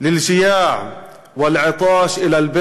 להלן תרגומם: